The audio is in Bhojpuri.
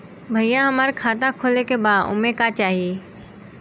भईया हमार खाता खोले के बा ओमे का चाही?